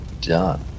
done